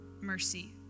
mercy